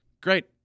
Great